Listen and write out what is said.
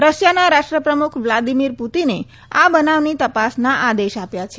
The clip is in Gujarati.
રશિયાના રાષ્ટ્રપ્રમુખ વ્લાદિમીર પુતીને આ બનાવની તપાસના આદેશ આપ્યા છે